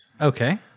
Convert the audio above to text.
Okay